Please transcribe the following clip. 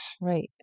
Right